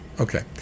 Okay